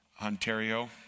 Ontario